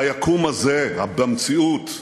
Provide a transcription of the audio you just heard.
ביקום הזה, במציאות,